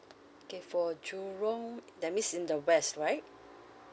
okay for jurong that means in the west right